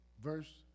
Verse